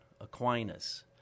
Aquinas